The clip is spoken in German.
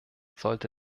sollte